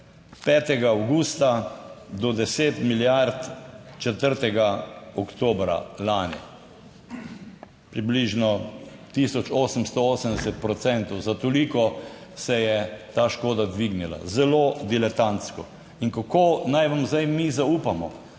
5. avgusta do deset milijard 4. oktobra lani. Približno 1880 procentov, za toliko se je ta škoda dvignila. Zelo diletantsko. In kako naj vam zdaj mi zaupamo,